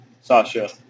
Sasha